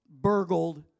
burgled